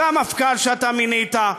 והמפכ"ל שאתה מינית,